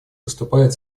выступает